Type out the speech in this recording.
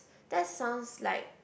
that's sound like